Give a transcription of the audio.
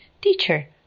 Teacher